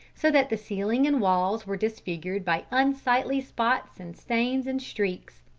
so that the ceiling and walls were disfigured by unsightly spots and stains and streaks.